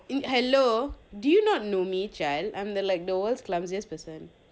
I don't think so hello do you not know me char I'm the like world's clumsiest person